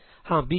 हाँ B के लिए